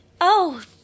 Oh